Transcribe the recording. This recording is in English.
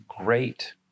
great